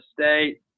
State